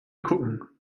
gucken